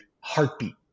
heartbeat